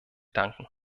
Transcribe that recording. danken